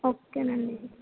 ఓకేనండి